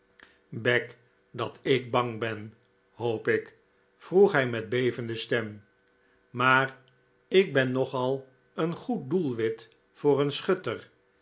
beck dat ik bang ben hoop ik vroeg hij met bevende stem maar ik ben nogal een goed doelwit voor een schutter